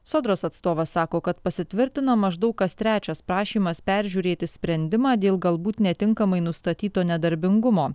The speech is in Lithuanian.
sodros atstovas sako kad pasitvirtina maždaug kas trečias prašymas peržiūrėti sprendimą dėl galbūt netinkamai nustatyto nedarbingumo